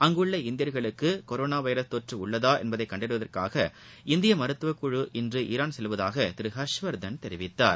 அங்குள்ள இந்தியா்களுக்கு கொரோனா எவரல் தொற்ற உள்ளதா என்பதை கண்டறிவதற்காக இந்திய மருத்துவக் குழு இன்று ஈராள் செல்வதாக திரு ஹர்ஷவர்தன் தெரிவித்தார்